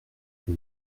que